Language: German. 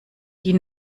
die